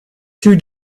two